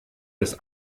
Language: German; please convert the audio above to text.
des